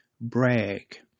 brag